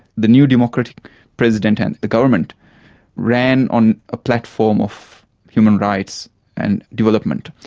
the new democratic president and the government ran on a platform of human rights and development.